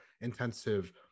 intensive